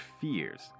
fears